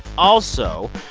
also,